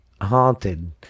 Haunted